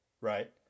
right